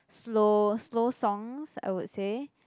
slow slow songs I would say